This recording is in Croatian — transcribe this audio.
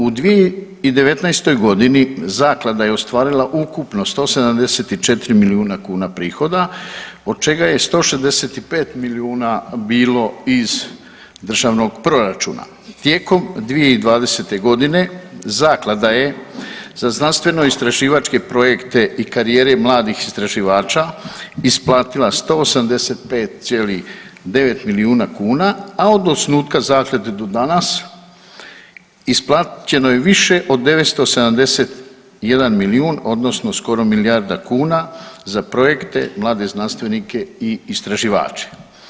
U 2019.g. zaklada je ostvarila ukupno 174 milijuna kuna prihoda od čega je 165 milijuna bilo iz državnog proračuna, a da je tijekom 2020.g. zakla da je za znanstvenoistraživačke projekte i karijere mladih istraživača isplatila 185,9 milijuna kuna, a od svog osnutka zaklade do danas isplaćeno je više od 971 milijun odnosno skoro milijarda kuna za projekte mlade znanstvenike i istraživače.